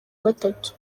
gatatu